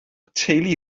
teulu